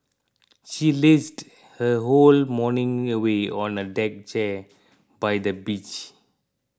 she lazed her whole morning away on a deck chair by the beach